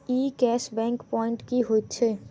ई cash back point की होइत छैक?